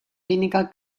weniger